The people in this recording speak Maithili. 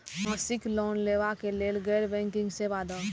मासिक लोन लैवा कै लैल गैर बैंकिंग सेवा द?